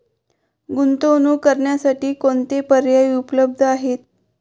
गुंतवणूक करण्यासाठी कोणते पर्याय उपलब्ध आहेत?